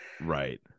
right